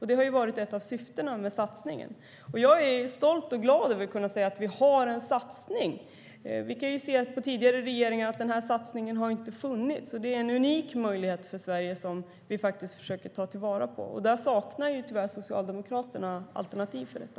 Och det har ju varit ett av syftena med satsningen. Jag är stolt och glad över att kunna säga att vi har en satsning. Den här satsningen har inte funnits under tidigare regeringar. Det är en unik möjlighet för Sverige som vi faktiskt försöker ta till vara. Socialdemokraterna saknar tyvärr alternativ till detta.